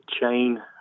chain